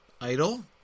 idle